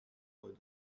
road